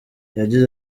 yagize